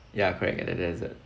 ya correct at the desert